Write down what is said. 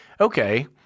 okay